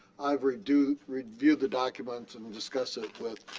i've reviewed reviewed the documents and discussed it with